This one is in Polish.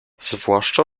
zwłaszcza